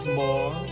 more